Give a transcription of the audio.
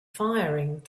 firing